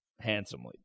Handsomely